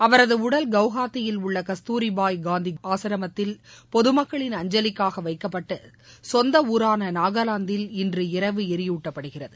அவரது உடல் கவுஹாத்தியில் உள்ள கஸ்தூரிபாய் காந்தி ஆசிரமத்தில் பொதுமக்களின் அஞ்சலிக்காக வைக்கப்பட்டு சொந்த ஊரான நாகலாந்தில் இன்றிரவு ளியூட்டப்படுகிறது